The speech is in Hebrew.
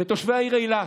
לתושבי העיר אילת.